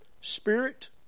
spirit